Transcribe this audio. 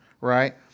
right